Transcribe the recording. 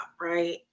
right